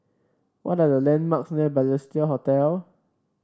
what are the landmarks near Balestier Hotel